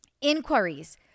Inquiries